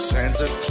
Santa